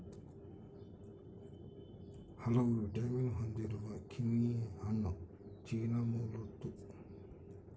ಹಲವು ವಿಟಮಿನ್ ಹೊಂದಿರುವ ಕಿವಿಹಣ್ಣು ಚೀನಾ ಮೂಲದ್ದು